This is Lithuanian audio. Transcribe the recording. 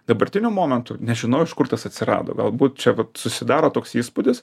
dabartiniu momentu nežinau iš kur tas atsirado galbūt čia vat susidaro toks įspūdis